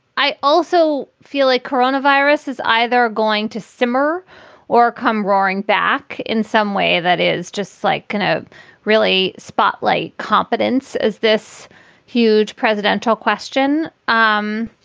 i also feel like coronavirus is either going to simmer or come roaring back in some way. that is just like kind of really spotlight competence as this huge presidential question. um